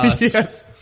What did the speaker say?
Yes